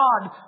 God